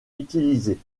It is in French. utilisée